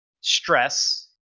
stress